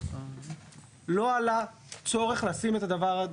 לא עלה לשים את הדבר,